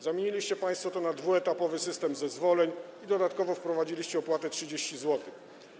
Zamieniliście państwo to na dwuetapowy system zezwoleń i dodatkowo wprowadziliście opłatę 30 zł.